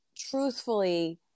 truthfully